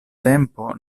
tempo